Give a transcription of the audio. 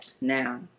Now